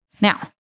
Now